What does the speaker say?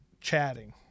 chatting